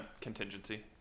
Contingency